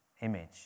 image